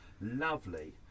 Lovely